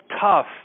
tough